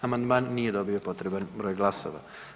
Amandman nije dobio potreban broj glasova.